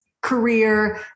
career